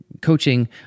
coaching